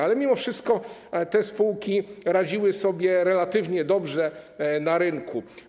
Ale mimo wszystko te spółki radziły sobie relatywnie dobrze na rynku.